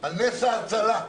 על נס ההצלה.